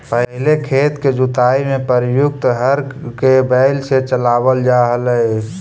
पहिले खेत के जुताई में प्रयुक्त हर के बैल से चलावल जा हलइ